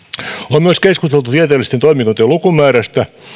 on myös keskusteltu tieteellisten toimikuntien lukumäärästä